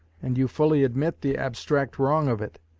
and you fully admit the abstract wrong of it.